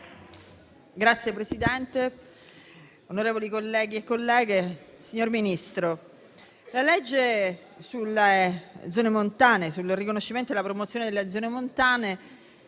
Signor Presidente, onorevoli colleghi e colleghe, signor Ministro, la legge per il riconoscimento e la promozione delle zone montane,